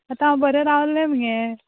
आतां हांव बरें रावल्लें मगे